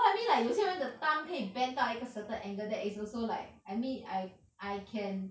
no I mean like 有些人的 thumb 可以 bend 到一个 certain angle that is also like I mean I I can